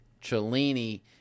Cellini